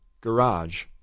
garage